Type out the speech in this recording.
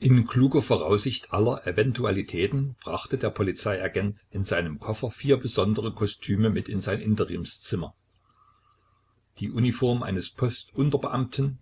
in kluger voraussicht aller eventualitäten brachte der polizeiagent in seinem koffer vier besondere kostüme mit in sein interimszimmer die uniform eines post unterbeamten